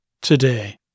today